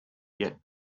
yet